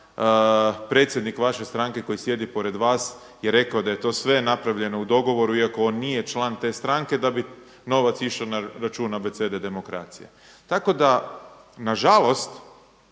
Predsjednik vaše stranke koji sjedi pored vas je rekao da je to sve napravljeno u dogovoru iako on nije član te stranke da bi novac išao na račun Abecede demokracija. Tako da nažalost,